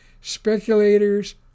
Speculators